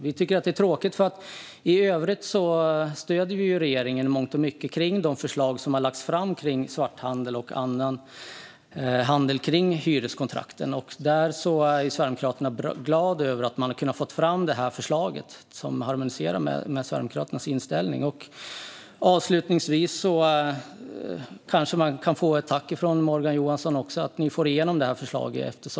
Vi tycker att det är tråkigt, för i övrigt stöder vi regeringen i mångt och mycket i de förslag som har lagts fram kring svarthandel och annan handel med hyreskontrakt. Sverigedemokraterna är glada för att man har kunnat få fram detta förslag, som harmoniserar med Sverigedemokraternas inställning. Avslutningsvis kanske man kan få ett tack från Morgan Johansson för att ni får igenom förslaget.